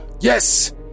yes